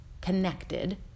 connected